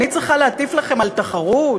אני צריכה להטיף לכם על תחרות?